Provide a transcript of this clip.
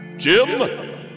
Jim